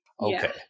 okay